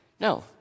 No